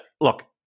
look